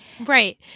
right